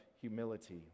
humility